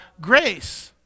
grace